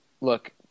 look